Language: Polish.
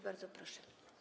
Bardzo proszę.